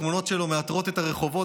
התמונות שלו מעטרות את הרחובות,